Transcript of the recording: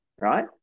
right